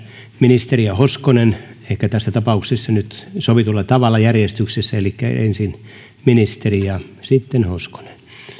ministeri ja hoskonen ehkä tässä tapauksessa nyt sovitulla tavalla järjestyksessä elikkä ensin ministeri ja sitten hoskonen